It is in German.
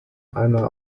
einer